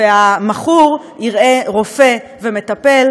והמכור יראה רופא ומטפל,